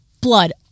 Blood